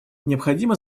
необходимо